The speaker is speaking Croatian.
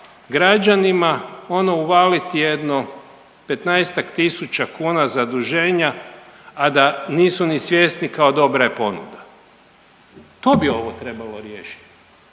građanima ono uvaliti jedno petnaestak tisuća kuna zaduženja, a da nisu ni svjesni kao dobra je ponuda. To bi ovo trebalo riješiti.